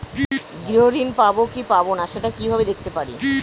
গৃহ ঋণ পাবো কি পাবো না সেটা কিভাবে দেখতে পারি?